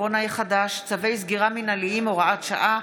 הקורונה החדש (צווי סגירה מינהליים) (הוראת שעה),